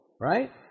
Right